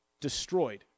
destroyed